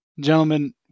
gentlemen